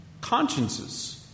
consciences